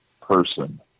person